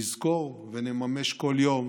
נזכור ונממש כל יום